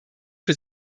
für